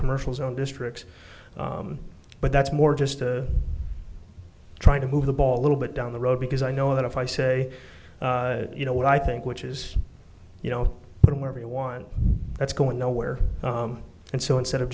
commercials own districts but that's more just trying to move the ball a little bit down the road because i know that if i say you know what i think which is you know what everyone that's going nowhere and so instead of